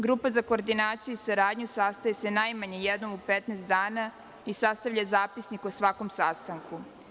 Grupa za koordinaciju i saradnju sastaje se najmanje jednom u 15 dana i sastavlja zapisnik o svakom sastanku.